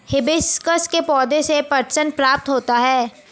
hibiscus के पौधे से पटसन प्राप्त होता है